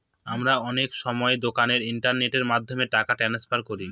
আমরা অনেক সময় দোকানে ইন্টারনেটের মাধ্যমে টাকা ট্রান্সফার করি